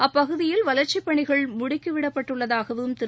அப்பகுதியில் வளர்ச்சிப் பணிகள் முடுக்கி விடப்பட்டுள்ளதாகவும் திரு